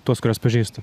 tuos kuriuos pažįstu